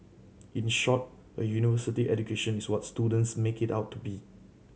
in short a university education is what students make it out to be